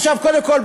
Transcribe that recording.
קודם כול,